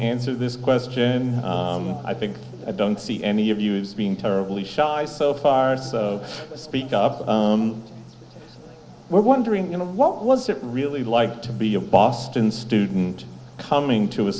answer this question i think i don't see any of us being terribly shy so far so speak up we're wondering you know what was it really like to be a boston student coming to a